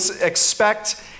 expect